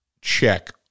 check